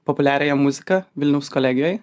populiariąją muziką vilniaus kolegijoj